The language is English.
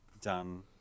done